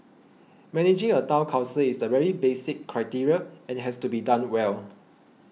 managing a Town Council is the very basic criteria and has to be done well